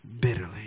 bitterly